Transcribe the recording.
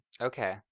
okay